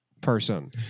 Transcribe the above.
person